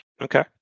okay